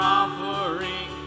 offering